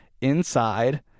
inside